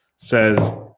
says